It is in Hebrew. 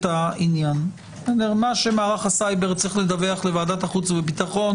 העניין לרמה שמערך הסייבר צריך לדווח לוועדת החוץ והביטחון